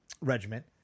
regiment